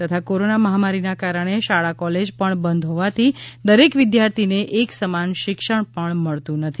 તથા કોરોના મહામારીના કારણે શાળા કોલેજ પણ બંધ હોવાથી દરેક વિદ્યાર્થીને એક સમાન શિક્ષણ પણ મળતું નથી